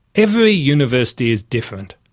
every university is different,